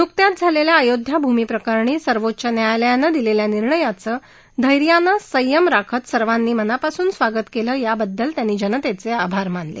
नुकत्याच झालेल्या अयोध्याभूमी प्रकरणी सर्वोच्च न्यायालयानं दिलेल्या निर्णयाचं धैर्यानं संयम राखत सर्वांनी मनापासून स्वागत केलं याबद्दल त्यांनी जनतेचे आभार मानले